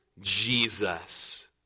Jesus